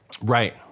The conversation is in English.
right